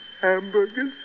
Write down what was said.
hamburgers